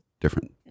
different